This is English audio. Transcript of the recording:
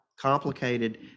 complicated